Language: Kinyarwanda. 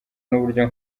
n’uburyo